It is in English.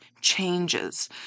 changes